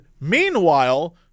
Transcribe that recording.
meanwhile